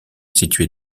situés